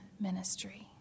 ministry